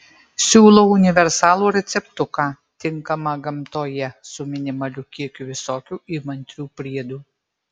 siūlau universalų receptuką tinkamą gamtoje su minimaliu kiekiu visokių įmantrių priedų